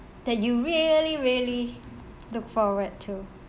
that you really really look forward to